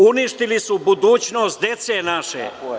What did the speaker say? Uništili su budućnost dece naše.